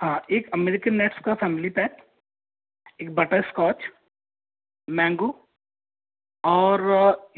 हाँ एक American nuts का फ़ैमिली पैक एक बटरस्कॉच मैंगो और